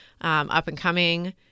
up-and-coming